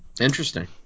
Interesting